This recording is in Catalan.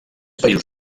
països